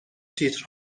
تیتر